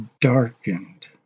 darkened